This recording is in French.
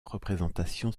représentation